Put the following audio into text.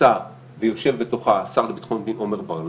נמצא ויושב בתוכה השר לביטחון הפנים עמר בר-לב.